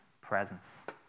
presence